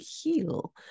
heal